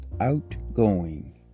Outgoing